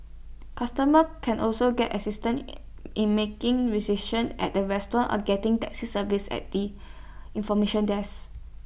customer can also get assistance in making recision at A restaurant or getting taxi service at the information desk